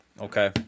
okay